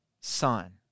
son